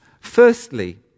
firstly